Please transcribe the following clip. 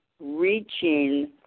reaching